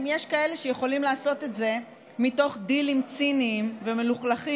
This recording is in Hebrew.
אם יש כאלה שיכולים לעשות את זה מתוך דילים ציניים ומלוכלכים,